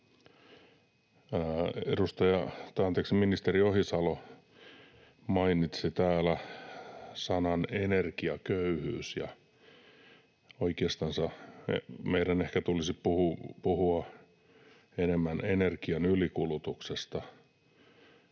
Ministeri Ohisalo mainitsi täällä sanan energiaköyhyys. Oikeastansa meidän ehkä tulisi puhua enemmän energian ylikulutuksesta.